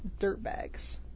Dirtbags